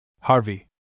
Harvey